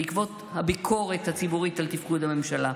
בעקבות הביקורת הציבורית על תפקוד הממשלה.